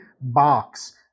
box